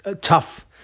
tough